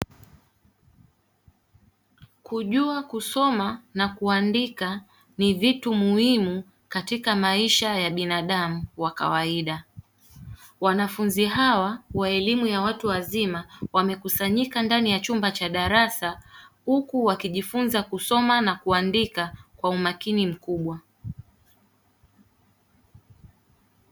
Kujua kusoma na kuandika ni vitu muhimu katika maisha ya binadamu wa kawaida. Wanafunzi hawa wa elimu ya watu wazima, wamekusanyika ndani ya chumba cha darasa huku wakijifunza kusoma na kuandika, kwa umakini mkubwa.